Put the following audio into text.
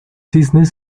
cisnes